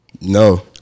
No